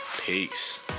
peace